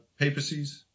papacies